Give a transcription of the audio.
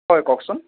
হয় কওকচোন